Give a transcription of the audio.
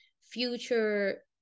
future